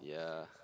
yeah